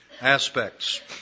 aspects